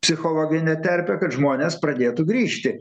psichologinę terpę kad žmonės pradėtų grįžti